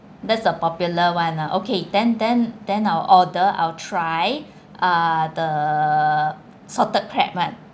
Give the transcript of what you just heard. that's the popular [one] ah okay then then then I'll order I'll try uh the salted crab [one]